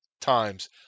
times